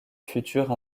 future